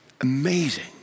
amazing